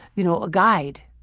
you know, a guide.